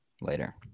later